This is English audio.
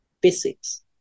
Basics